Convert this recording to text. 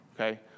okay